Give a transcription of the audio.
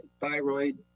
thyroid